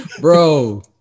Bro